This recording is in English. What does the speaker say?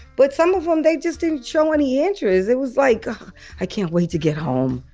but some of them, they just didn't show any interest. it was like i can't wait to get home,